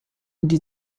die